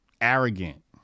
arrogant